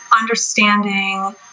understanding